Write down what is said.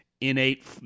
innate